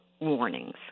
warnings